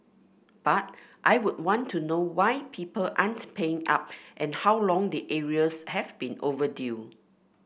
but I would want to know why people aren't paying up and how long the arrears have been overdue